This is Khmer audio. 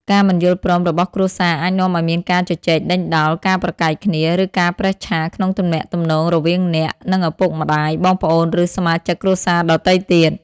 ការមិនយល់ព្រមរបស់គ្រួសារអាចនាំឲ្យមានការជជែកដេញដោល ការប្រកែកគ្នា ឬការប្រេះឆាក្នុងទំនាក់ទំនងរវាងអ្នក និងឪពុកម្តាយ បងប្អូន ឬសមាជិកគ្រួសារដទៃទៀត។